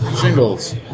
shingles